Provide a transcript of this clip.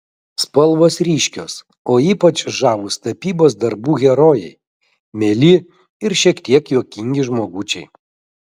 spalvos ryškios o ypač žavūs tapybos darbų herojai mieli ir šiek tiek juokingi žmogučiai